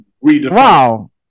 Wow